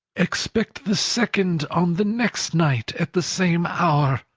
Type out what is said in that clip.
expect the second on the next night at the same hour.